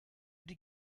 die